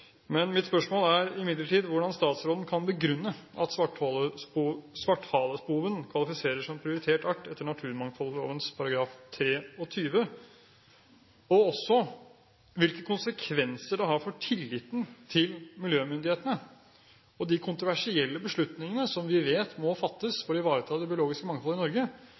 Mitt spørsmål er imidlertid hvordan statsråden kan begrunne at svarthalespoven kvalifiserer som prioritert art etter naturmangfoldloven § 23, og også hvilke konsekvenser det har for tilliten til miljømyndighetene og de kontroversielle beslutningene som vi vet må fattes for å ivareta det biologiske mangfoldet i Norge,